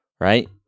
right